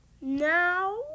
Now